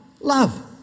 love